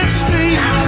street